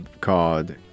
called